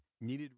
needed